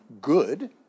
good